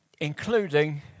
Including